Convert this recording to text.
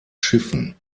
schiffen